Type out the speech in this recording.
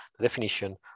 definition